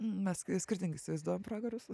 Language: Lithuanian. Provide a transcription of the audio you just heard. mes skirtingai įsivaizduojam pragarus